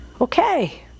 Okay